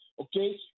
okay